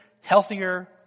healthier